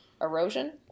erosion